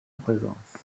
présence